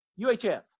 UHF